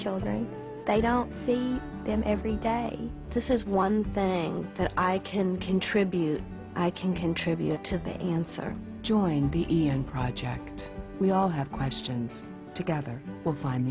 children they don't see them every day this is one thing that i can contribute i can contribute to that answer join the project we all have questions together will find